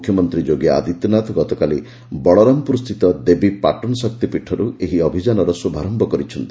ମୁଖ୍ୟମନ୍ତ୍ରୀ ଯୋଗୀ ଆଦିତ୍ୟନାଥ ଗତକାଲି ବଳରାମପୁରସ୍ଥିତ ଦେବୀ ପାଟନ୍ଶକ୍ତିପୀଠରୁଏହି ଅଭିଯାନର ଶ୍ରଭାରମ୍ଭ କରିଛନ୍ତି